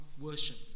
worship